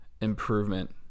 improvement